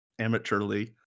amateurly